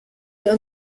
wir